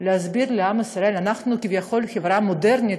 להסביר לעם ישראל: אנחנו כביכול חברה מודרנית,